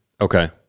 Okay